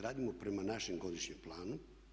Radimo prema našem godišnjem planu.